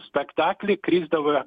spektakly krisdavo